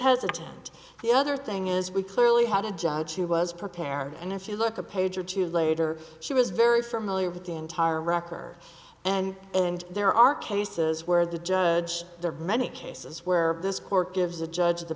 hesitant the other thing is we clearly had a judge she was prepared and if you look a page or two later she was very familiar with the entire record and and there are cases where the judge many cases where this court gives the judge